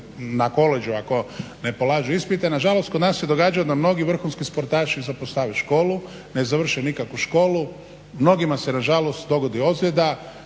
na koledžu ako ne polažu ispite. Nažalost kod nas se događa da mnogi vrhunski sportaši zapostave školu ne završe nikakvu školu mnogima se nažalost dogodi ozljeda,